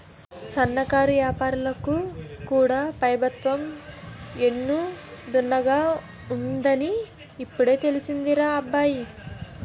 సన్నకారు ఏపారాలకు కూడా పెబుత్వం ఎన్ను దన్నుగా ఉంటాదని ఇప్పుడే తెలిసిందిరా అబ్బాయి